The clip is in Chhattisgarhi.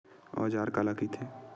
औजार काला कइथे?